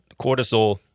cortisol